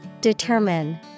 Determine